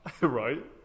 Right